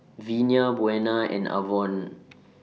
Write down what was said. Vinie Buena and Avon